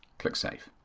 click save.